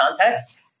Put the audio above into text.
context